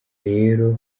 rero